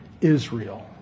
Israel